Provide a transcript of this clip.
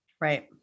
right